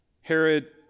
Herod